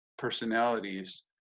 personalities